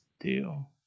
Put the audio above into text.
deal